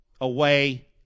away